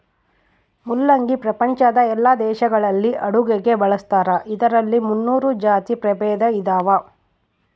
ಮುಲ್ಲಂಗಿ ಪ್ರಪಂಚದ ಎಲ್ಲಾ ದೇಶಗಳಲ್ಲಿ ಅಡುಗೆಗೆ ಬಳಸ್ತಾರ ಇದರಲ್ಲಿ ಮುನ್ನೂರು ಜಾತಿ ಪ್ರಭೇದ ಇದಾವ